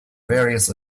various